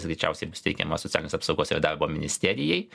jis greičiausiai bus teikiamas socialinės apsaugos ir darbo ministerijai